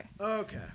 Okay